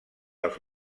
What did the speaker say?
els